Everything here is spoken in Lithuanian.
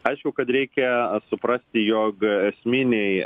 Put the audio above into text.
aišku kad reikia suprasti jog esminiai